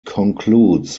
concludes